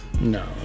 No